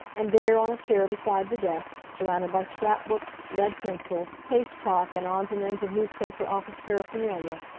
and there on a chair beside the desk, surrounded by scrap-books, lead pencils, paste-pot and odds and ends of newspaper office paraphernalia,